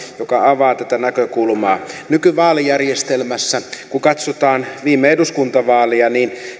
joka avaa tätä näkökulmaa nykyvaalijärjestelmässä kun katsotaan viime eduskuntavaaleja